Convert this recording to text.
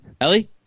Ellie